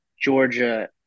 Georgia